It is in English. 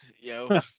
yo